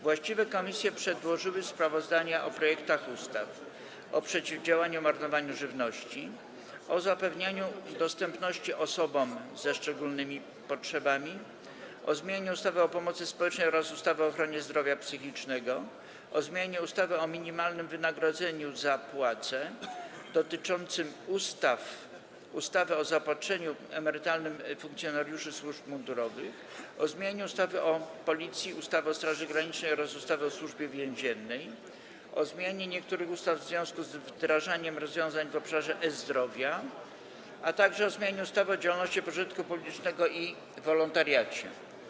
Właściwe komisje przedłożyły sprawozdania o projektach ustaw: - o przeciwdziałaniu marnowaniu żywności, - o zapewnianiu dostępności osobom ze szczególnymi potrzebami, - o zmianie ustawy o pomocy społecznej oraz ustawy o ochronie zdrowia psychicznego, - o zmianie ustawy o minimalnym wynagrodzeniu za pracę, - dotyczącym ustawy o zaopatrzeniu emerytalnym funkcjonariuszy służb mundurowych, - o zmianie ustawy o Policji, ustawy o Straży Granicznej oraz ustawy o Służbie Więziennej, - o zmianie niektórych ustaw w związku z wdrażaniem rozwiązań w obszarze e-zdrowia, - o zmianie ustawy o działalności pożytku publicznego i o wolontariacie.